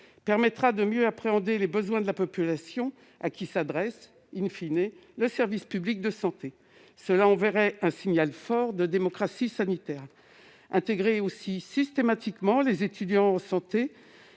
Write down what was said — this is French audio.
permettra de mieux appréhender les besoins de la population, à qui s'adresse le service public de santé. Cela enverrait un signal fort de démocratie sanitaire. Intégrer systématiquement les étudiants en santé